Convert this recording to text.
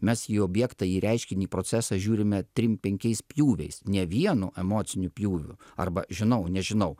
mes į objektą į reiškinį į procesą žiūrime trim penkiais pjūviais ne vienu emociniu pjūviu arba žinau nežinau